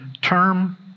term